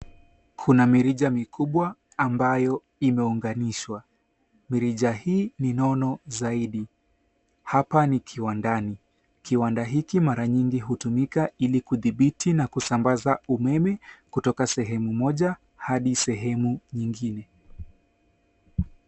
Kuna mirija mikubwa ambayo imeunganishwa. Mirija hii ni nono zaidi. Hapa ni kiwandani. Kiwanda hiki mara nyingi hutumika ilu kudhibiti na kusambaza umeme kutoka sehemu moja hadi sehemu nyingine.